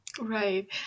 Right